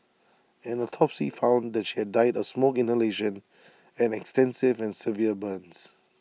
an autopsy found that she had died of smoke inhalation and extensive and severe burns